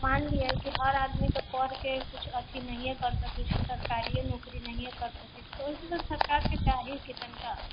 मानलियै हर आदमी पढ़िके अथि नहिये करि सकै छै सरकारी नौकरिए नहिये करि सकै छै एहिले त सरकारके चाही कि जनता